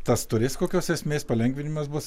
tas turės kokios esmės palengvinimas bus